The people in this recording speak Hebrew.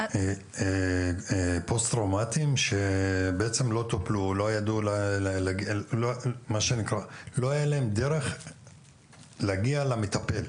אנשים שלא טופלו, שלא הייתה להם דרך להגיע למטפל?